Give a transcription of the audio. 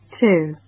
Two